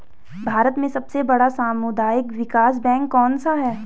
भारत में सबसे बड़ा सामुदायिक विकास बैंक कौनसा है?